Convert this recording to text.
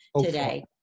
today